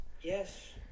Yes